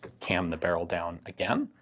cam the barrel down again,